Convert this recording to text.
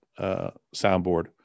Soundboard